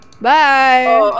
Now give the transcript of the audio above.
Bye